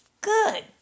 Good